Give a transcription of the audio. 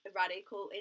radical